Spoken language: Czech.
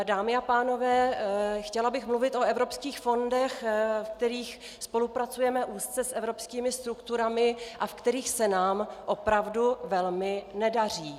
Dámy a pánové, chtěla bych mluvit o evropských fondech, ve kterých spolupracujeme úzce s evropskými strukturami a ve kterých se nám opravdu velmi nedaří.